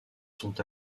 sont